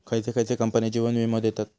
खयचे खयचे कंपने जीवन वीमो देतत